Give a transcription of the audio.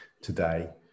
today